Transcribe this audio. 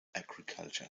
agriculture